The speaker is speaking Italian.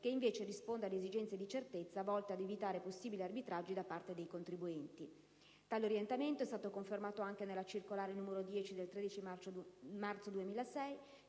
che, invece, risponde ad esigenze di certezza volte ad evitare possibili arbitraggi da parte dei contribuenti. Tale orientamento è stato confermato anche nella circolare n. 10/E del 13 marzo 2006